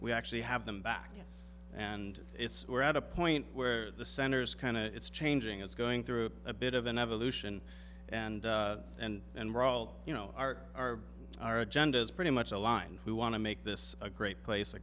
we actually have them back and it's we're at a point where the centers kind of it's changing it's going through a bit of an evolution and and and raul you know our our our agenda is pretty much aligned who want to make this a great place a